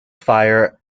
fire